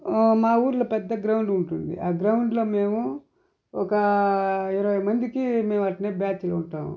మా ఊర్లో పెద్ద గ్రౌండ్ ఉంటుంది ఆ గ్రౌండ్లో మేము ఒక ఇరవై మందికి మేము అట్నే మేము బ్యాచ్చి ఉంటాము